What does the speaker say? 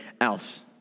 else